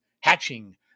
hatching